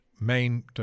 main